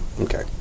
Okay